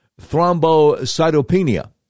thrombocytopenia